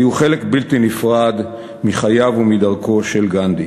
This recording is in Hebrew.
היו חלק בלתי נפרד מחייו ומדרכו של גנדי.